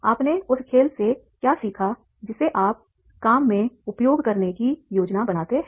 आपने उस खेल से क्या सीखा जिसे आप काम में उपयोग करने की योजना बनाते हैं